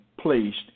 placed